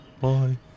Bye